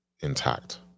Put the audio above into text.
intact